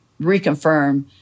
reconfirm